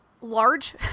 large